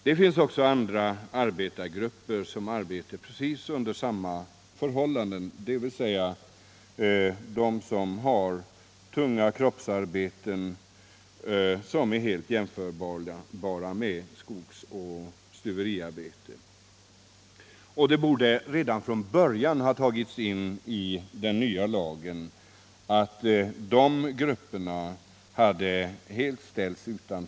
Det finns också andra arbetargrupper som har helt likartade förhållanden; jag tänker på sådana som har tungt kroppsarbete jämförbart med skogsoch stuveriarbete. De grupperna har helt ställts utanför resonemanget huruvida man skall få jobba ensam eller inte.